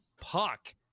puck